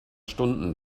stunden